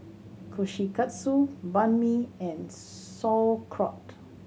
Kushikatsu Banh Mi and Sauerkraut